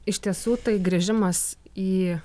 iš tiesų tai grįžimas į